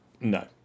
no